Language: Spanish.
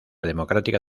democrática